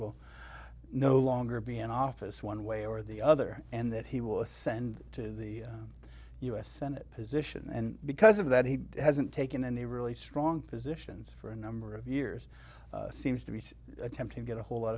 will no longer be in office one way or the other and that he will ascend to the us senate position and because of that he hasn't taken any really strong positions for a number of years seems to be attempting to get a whole lot